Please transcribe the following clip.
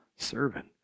Servant